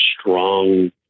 strong